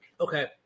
Okay